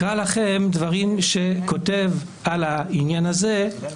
כדי שאני אקרא אותך לסדר כדי שאני אוציא אותך לפני זמן הדיבור שלך?